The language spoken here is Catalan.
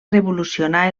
revolucionar